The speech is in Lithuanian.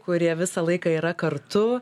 kurie visą laiką yra kartu